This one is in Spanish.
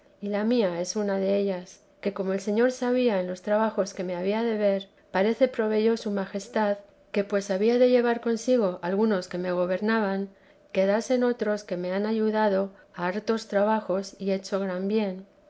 y la mía es una dellas que como el señor sabía en los trabajos que me había de ver parece proveyó su majestad que pues había de llevar consigo algunos que me gobernaban quedasen otros que me han ayudado a hartos trabajos y hecho gran bien